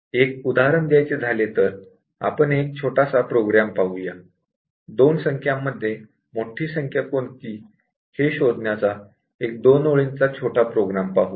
एक उदाहरण द्यायचे झाले तर २ संख्या मध्ये मोठी संख्या कोणती हे शोधण्याचा एक २ ओळींचा छोटा प्रोग्रॅम पाहू